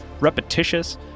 repetitious